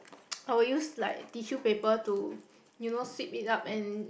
I will use like tissue paper to you know sweep it up and